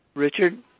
richard?